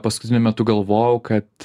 paskutiniu metu galvojau kad